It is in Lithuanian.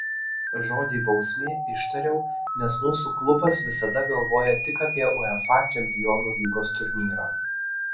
žodį bausmė ištariau nes mūsų klubas visada galvoja tik apie uefa čempionų lygos turnyrą